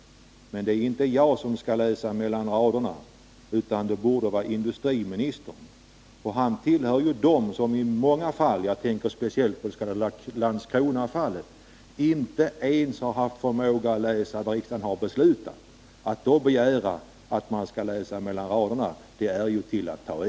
Men det är egentligen inte jag som skall läsa mellan raderna, utan det bör industriministern göra. Han tillhör ju dem som i några fall — jag tänker speciellt på Landskronafallet — inte ens har haft förmåga att läsa vad riksdagen har beslutat. Att då begära att jag skall läsa mellan raderna, det är att ta i.